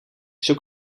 zoek